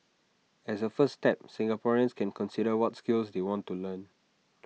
as A first step Singaporeans can consider what skills they want to learn